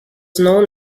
known